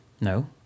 no